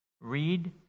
read